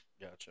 Gotcha